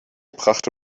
brachte